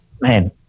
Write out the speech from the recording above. Man